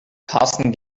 karsten